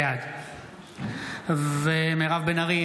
בעד מירב בן ארי,